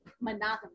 monogamous